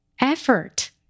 effort